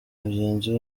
mugenzi